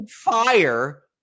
fire